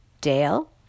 Dale